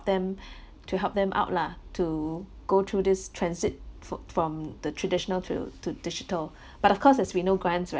them to help them out lah to go through this transit fo~ from the traditional to to digital but of course as we know grants